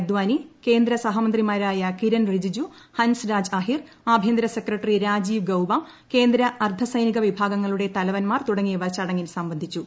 അദാനി കേന്ദ്രസഹമന്ത്രിമാരായ കിരൺ റിജിജു ഹൻസ് രാജ് അഹിർ ആഭ്യന്തര സെക്രട്ടറി രാജീവ് ഗൌബക്ടുക്കേന്ദ അർദ്ധസൈനിക വിഭാഗങ്ങളുടെ തലവൻമാർ തുടങ്ങിയിവർ പ്പടങ്ങിൽ സംബന്ധിച്ചു